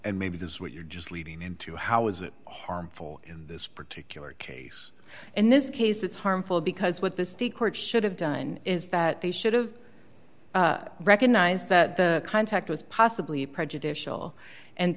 and maybe this is what you're just leading into how is it harmful in this particular case in this case it's harmful because what the state court should have done is that they should have recognized that the contact was possibly prejudicial and